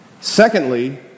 Secondly